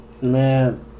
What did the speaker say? Man